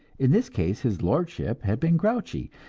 in this case his lordship had been grouchy,